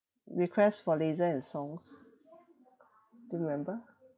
request for laser and songs do you remember